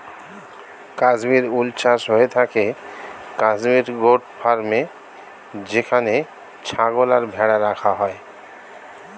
কাশ্মীর উল চাষ হয়ে থাকে কাশ্মীর গোট ফার্মে যেখানে ছাগল আর ভেড়া রাখা হয়